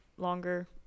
Longer